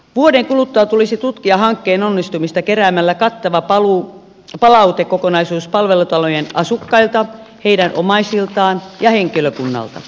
vuoden kuluttua tulisi tutkia hankkeen onnistumista keräämällä kattava palautekokonaisuus palvelutalojen asukkailta heidän omaisiltaan ja henkilökunnalta